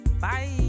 bye